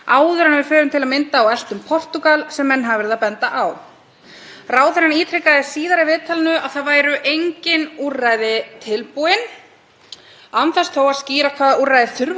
þess þó að skýra hvaða úrræði þurfi að vera tilbúin til að hætta að refsa fólki fyrir að nota vímuefni. Þessar afsakanir hæstv. ráðherra komu mér ansi spánskt fyrir sjónir því að þær eru